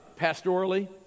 pastorally